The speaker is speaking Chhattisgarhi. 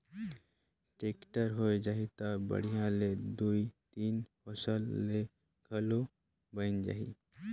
टेक्टर होए जाही त बड़िहा ले दुइ तीन फसल लेहे ले घलो बइन जाही